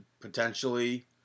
potentially